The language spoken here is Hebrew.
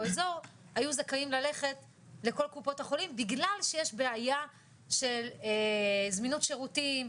אזור היו זכאים ללכת לכל קופות החולים בגלל שיש בעיה של זמינות שירותים,